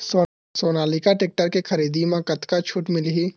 Sonalika tractor के खरीदी मा कतका छूट मीलही?